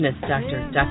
Doctor